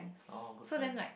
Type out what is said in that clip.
oh good friend